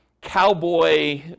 cowboy